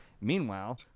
Meanwhile